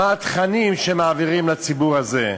מה התכנים שמעבירים לציבור הזה,